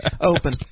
open